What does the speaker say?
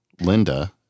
Linda